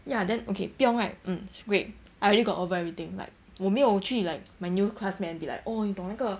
ya then okay 不用 right mm great I already got over everything like 我没有去 like my new classmate and be like oh 你懂那个